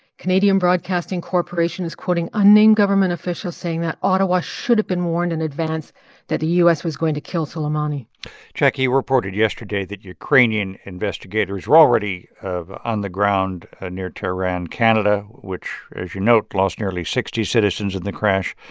canadian broadcasting corporation is quoting unnamed government officials saying that ottawa should've been warned in advance that the u s. was going to kill soleimani jackie, you reported yesterday that ukrainian investigators were already on the ground ah near tehran. canada, which, as you know, lost nearly sixty citizens in the crash,